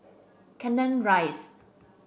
Canning Rise